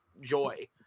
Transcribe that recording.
joy